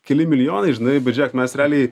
keli milijonai žinai bet žiūrėk mes realiai